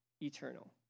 eternal